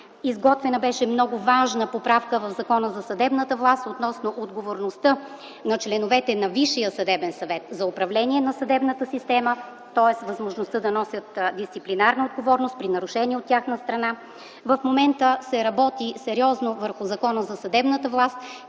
изготвена беше много важна поправка в Закона за съдебната власт относно отговорността на членовете на Висшия съдебен съвет за управление на съдебната система – тоест възможността да носят дисциплинарна отговорност при нарушения от тяхна страна. В момента се работи сериозно върху Закона за съдебната власт,